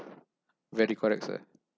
very correct what